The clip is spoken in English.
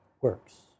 works